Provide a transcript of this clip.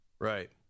Right